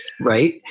Right